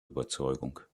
überzeugung